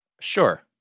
Sure